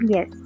Yes